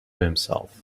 himself